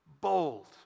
bold